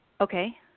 Okay